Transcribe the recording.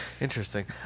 Interesting